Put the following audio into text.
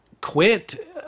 quit